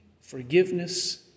forgiveness